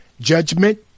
judgment